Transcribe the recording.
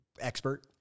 expert